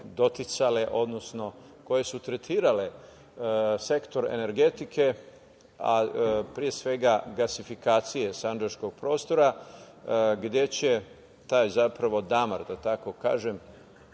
odnosno koje su tretirale sektor energetike, pre svega gasifikacije sandžačkog prostora gde će taj damar, da tako kažem,